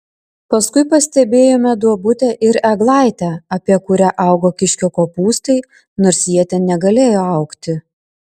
paskui pastebėjome duobutę ir eglaitę apie kurią augo kiškio kopūstai nors jie ten negalėjo augti